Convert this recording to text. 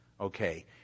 Okay